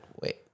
wait